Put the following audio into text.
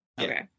Okay